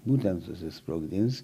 būtent susisprogdins